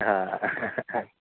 हां